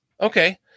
Okay